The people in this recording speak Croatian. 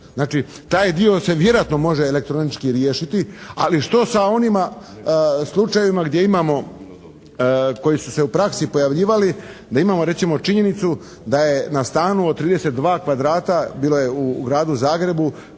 Znači taj dio se vjerojatno može elektronički riješiti, ali što sa onima slučajevima gdje imamo koji su se u praksi pojavljivali da imamo recimo činjenicu da je na stanu od 32 kvadrata, bilo je u Gradu Zagrebu